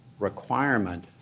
requirement